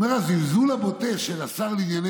הוא אומר: "הזלזול הבוטה של השר לענייני